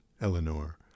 Eleanor